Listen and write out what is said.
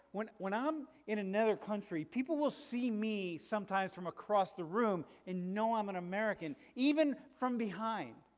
when when i'm in another country people will see me sometimes from across the room and know i'm an american even from behind,